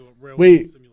wait